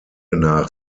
nach